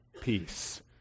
peace